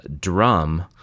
drum